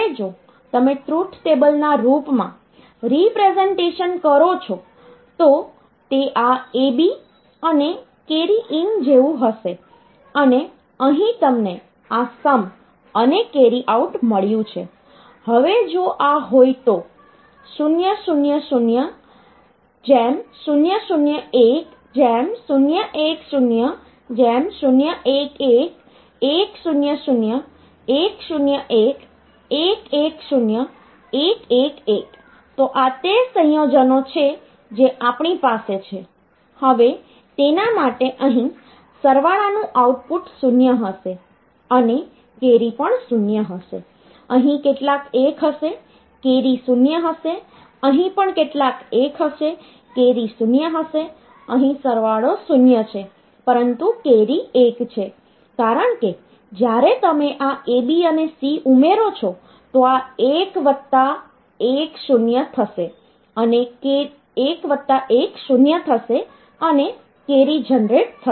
હવે જો તમે ટ્રુથ ટેબલના રૂપમાં રીપ્રેસનટેશન કરો છો તો તે આ A B અને કેરી ઈન જેવું હશે અને અહીં તમને આ સમ અને કેરી આઉટ મળ્યું છે હવે જો આ હોય તો 0 0 0 0 0 1 0 1 0 0 1 1 1 0 0 1 0 1 1 1 0 1 1 1 તો આ તે સંયોજનો છે જે આપણી પાસે છે હવે તેના માટે અહીં સરવાળા નું આઉટપુટ 0 હશે અને કેરી પણ 0 હશે અહીં કેટલાક 1 હશે કેરી 0 હશે અહીં પણ કેટલાક 1 હશે કેરી 0 હશે અહીં સરવાળો 0 છે પરંતુ કેરી 1 છે કારણ કે જ્યારે તમે આ AB અને C ઉમેરો છો તો આ 1 વત્તા 1 0 થશે અને કેરી જનરેટ થશે